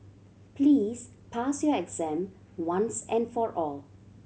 please pass your exam once and for all